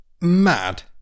mad